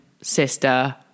sister